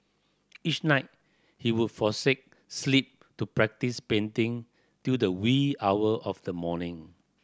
each night he would forsake sleep to practise painting till the wee hour of the morning